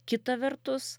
kita vertus